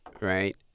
right